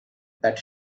that